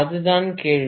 அது தான் கேள்வி